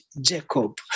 Jacob